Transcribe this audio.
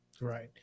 Right